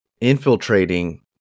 infiltrating